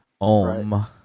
om